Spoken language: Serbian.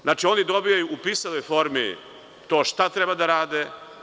Znači, oni dobijaju u pisanoj formi to šta treba da rade.